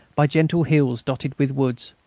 by gentle hills dotted with woods.